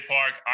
Park